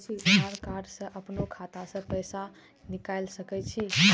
आधार कार्ड से अपनो खाता से पैसा निकाल सके छी?